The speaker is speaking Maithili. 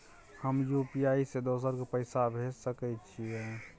हम यु.पी.आई से दोसर के पैसा भेज सके छीयै?